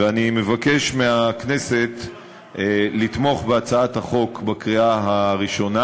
ואני מבקש מחברי הכנסת לתמוך בהצעת החוק בקריאה הראשונה